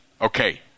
okay